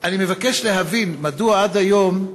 אני מבקש להבין מדוע עד היום,